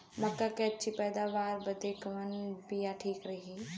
मक्का क अच्छी पैदावार बदे कवन बिया ठीक रही?